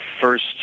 first